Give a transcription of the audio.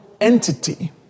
entity